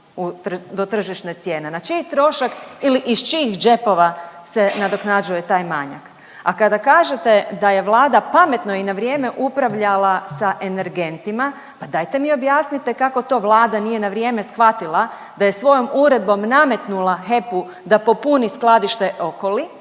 do tržišne cijene. Na čiji trošak ili iz čijih džepova se nadoknađuje taj manjak, a kada kažete da je Vlada pametno i na vrijeme upravljala sa energentima pa dajte mi objasnite kako to Vlada nije na vrijeme shvatila da je svojom uredbom nametnula HEP-u da popuni skladište Okoli,